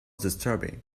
disturbing